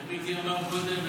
איך ביבי אמר קודם?